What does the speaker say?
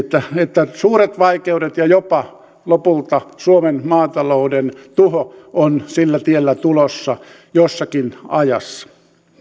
että suuret vaikeudet ja jopa lopulta suomen maatalouden tuho ovat sillä tiellä tulossa jossakin ajassa